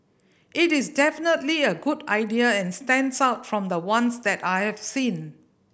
it is definitely a good idea and stands out from the ones that I have seen